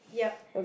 yup